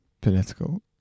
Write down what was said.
political